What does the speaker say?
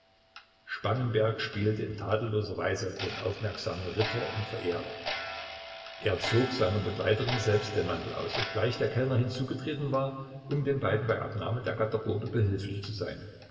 spangenberg spielte in tadelloser weise den aufmerksamen ritter und verehrer er zog seiner begleiterin selbst den mantel aus obgleich der kellner hinzugetreten war um den beiden bei abnahme der garderobe behilflich zu sein